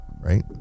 right